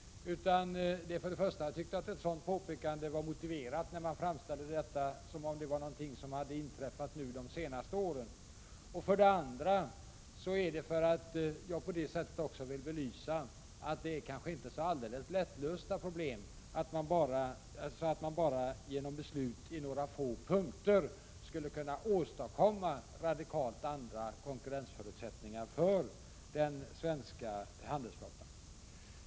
Jag tyckte att ett sådant påpekande var motiverat för det första därför att man framställde det som om det var något som hade inträffat under de senaste åren, för det andra därför att jag vill framhålla att problemen inte är så lättlösta att man bara genom beslut på några få punkter skulle kunna åstadkomma radikalt andra konkurrensförutsättningar för den svenska handelsflottan.